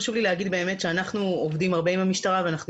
חשוב לי להגיד שאנחנו עובדים הרבה עם המשטרה ואנחנו